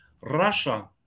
Russia